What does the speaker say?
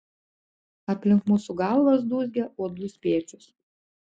aplink mūsų galvas dūzgia uodų spiečius